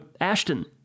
Ashton